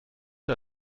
der